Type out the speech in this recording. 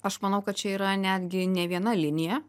aš manau kad čia yra netgi ne viena linija